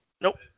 Nope